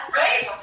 right